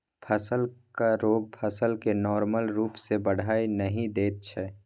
फसलक रोग फसल केँ नार्मल रुप सँ बढ़य नहि दैत छै